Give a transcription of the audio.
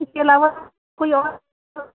اس کے علاوہ کوئی اور